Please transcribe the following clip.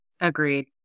Agreed